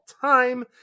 time